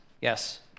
Yes